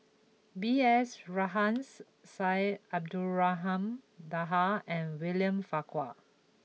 B S Rajhans Syed Abdulrahman Taha and William Farquhar